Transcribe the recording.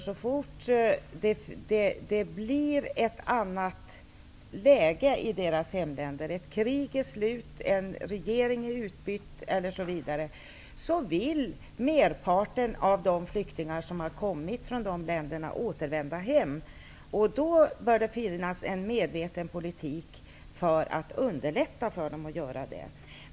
Så fort det blir ett annat läge i deras hemländer -- ett krig är slut, en regering är utbytt osv. -- vill merparten av flyktingarna återvända hem. Det bör därför föras en medveten politik för att underlätta för dem att göra det.